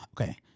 okay